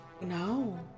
No